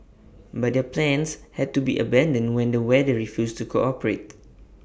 but their plans had to be abandoned when the weather refused to cooperate